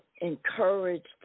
encouraged